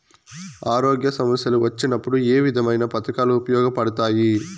ఆరోగ్య సమస్యలు వచ్చినప్పుడు ఏ విధమైన పథకాలు ఉపయోగపడతాయి